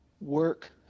work